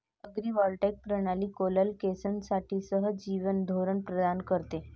agrivoltaic प्रणाली कोलोकेशनसाठी सहजीवन धोरण प्रदान करते